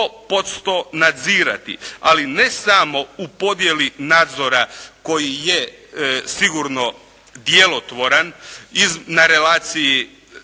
100% nadzirati, ali ne samo u podjeli nadzora koji je sigurno djelotvoran na relaciji